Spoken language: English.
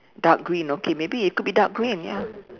dark green okay maybe it could be dark green ya